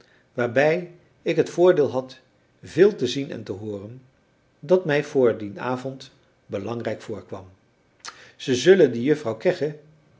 waarbij ik het voordeel had veel te zien en te hooren dat mij voor dien avond belangrijk voorkwam ze zullen die juffrouw kegge